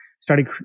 started